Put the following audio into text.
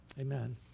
amen